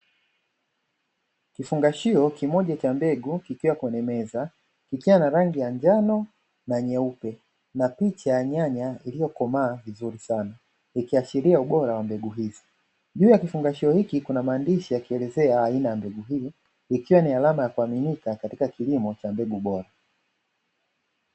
Kifungashio kimoja cha mbegu kikiwa kwenye meza, kikiwa na rangi ya njano na nyeupe, na picha ya nyanya iliyokomaa vizuri sana ikiashiria ubora wa mbegu hizi, juu ya kifungashio hiki kuna maandishi yakielezea aina ya mbegu hii ikiwa ni alama ya kuaminika katika kilimo cha mbegu bora.